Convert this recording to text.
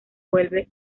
vuelve